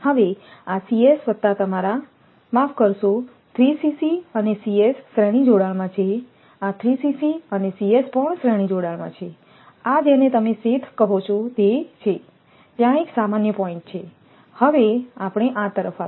તેથી આ વત્તા તમારા માફ કરશો અને શ્રેણી જોડાણ માં છે આ પણ શ્રેણી જોડાણમાં છે આ જેને તમે શેથ કહો છો તે છે ત્યાં એક સામાન્ય પોઇન્ટ્ છે હવે આપણે આ તરફ આવીશું